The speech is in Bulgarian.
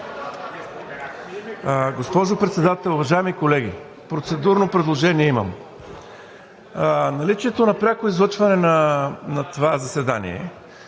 Госпожо Председател, уважаеми колеги! Имам процедурно предложение. Наличието на пряко излъчване на това заседание